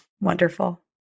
Wonderful